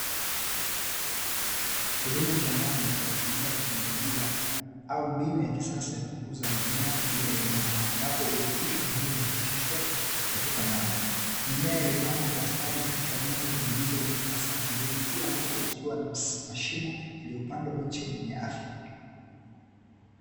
Kilimo cha ndani kwa kutumia teknolojia au mbinu ya kisasa ya kukuza mimea bila udongo, ambapo virutubisho muhimu hupitishwa katika maji. Mimea imepangwa kwa ustadi katika meza zilzonasafu mbili, kila moja ikiwa na mashimo yaliyopandwa miche yenye afya.